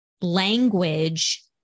language